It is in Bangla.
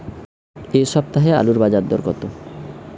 এ সপ্তাহে আলুর বাজারে দর কত?